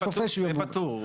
זה פתור.